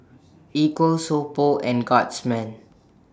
Equal So Pho and Guardsman